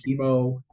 chemo